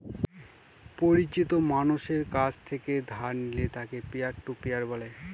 পরিচিত মানষের কাছ থেকে ধার নিলে তাকে পিয়ার টু পিয়ার বলে